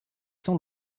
sans